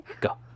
Go